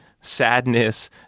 sadness